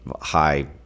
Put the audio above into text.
high